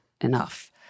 enough